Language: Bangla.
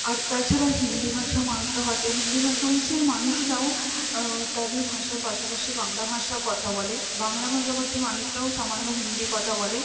আর তাছাড়া হিন্দি ভাষার মানুষরাও আছে হিন্দি ভাষাভাষীর মানুষরাও তাদের ভাষার পাশাপাশি বাংলা ভাষা কথা বলে বাংলা ভাষাভাষী মানুষরাও সামান্য হিন্দি কথা বলে